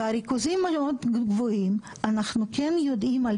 בריכוזים המאוד גבוהים אנחנו יודעים על